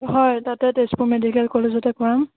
হয় তাতে তেজপুৰ মেডিকেল কলেজতে কৰাম